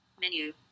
Menu